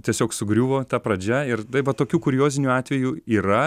tiesiog sugriuvo ta pradžia ir tai va tokių kuriozinių atvejų yra